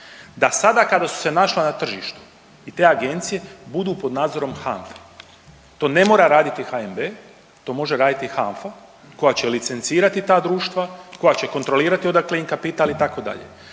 da sada kada su se našla na tržištu i te agencije budu pod nadzorom HANFA-e. To ne mora raditi HNB, to može raditi HANFA koja će licencirati ta društva, koja će kontrolirati odakle im kapital itd.